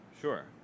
Sure